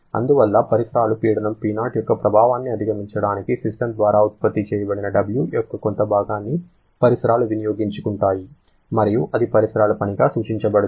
అందువల్ల పరిసరాల పీడనం P0 యొక్క ప్రభావాన్ని అధిగమించడానికి సిస్టమ్ ద్వారా ఉత్పత్తి చేయబడిన W యొక్క కొంత భాగాన్ని పరిసరాలు వినియోగించుకుంటాయి మరియు అది పరిసరాల పనిగా సూచించబడుతుంది